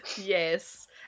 Yes